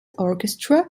orchestra